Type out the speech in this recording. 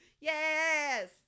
Yes